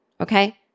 okay